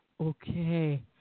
Okay